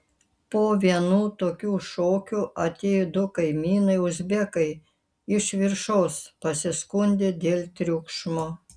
po vienų tokių šokių atėjo du kaimynai uzbekai iš viršaus pasiskundė dėl triukšmo